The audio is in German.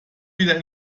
wieder